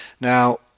Now